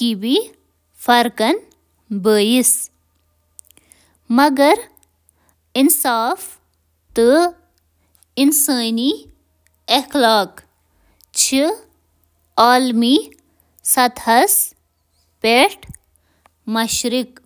یم ہر وقتہٕ تمام لوکن پیٹھ عالمی سطحس پیٹھ ہیکو لاگو کٔرتھ۔